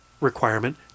requirement